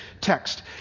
text